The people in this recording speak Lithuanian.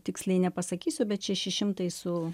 tiksliai nepasakysiu bet šeši šimtai su